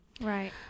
right